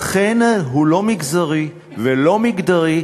לכן הוא לא מגזרי ולא מגדרי,